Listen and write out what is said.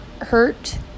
hurt